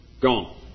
gone